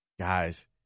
guys